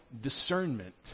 discernment